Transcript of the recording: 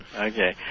Okay